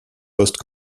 post